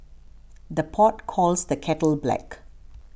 the pot calls the kettle black